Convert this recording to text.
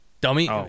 Dummy